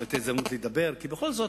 זאת היתה הזדמנות לדבר, כי בכל זאת,